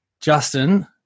Justin